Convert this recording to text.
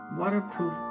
waterproof